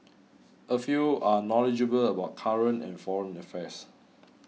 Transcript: a few are knowledgeable about current and foreign affairs